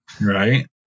Right